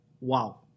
wow